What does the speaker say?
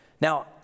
Now